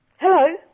Hello